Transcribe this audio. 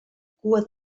cua